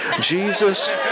Jesus